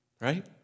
right